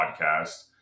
podcast